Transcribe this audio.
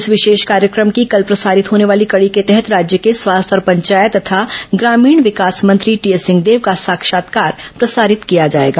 इस विशेष कार्यक्रम की कल प्रसारित होने वाली कड़ी के तहत राज्य के स्वास्थ्य और पंचायत तथा ग्रामीण विकास मंत्री टीएस सिंहदेव का साक्षात्कार प्रसारित किया जाएगा